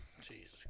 Jesus